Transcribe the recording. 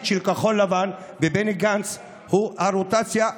של כחול לבן ובני גנץ הוא הרוטציה,